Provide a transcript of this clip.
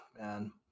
man